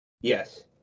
Yes